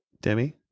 Demi